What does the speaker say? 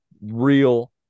real